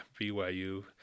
BYU